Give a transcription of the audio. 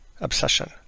obsession